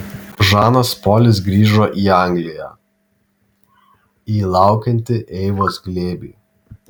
žanas polis grįžo į angliją į laukiantį eivos glėbį